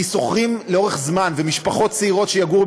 כי שוכרים לאורך זמן ומשפחות צעירות שיגורו